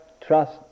trust